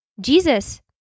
Jesus